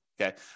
Okay